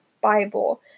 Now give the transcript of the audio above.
Bible